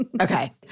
Okay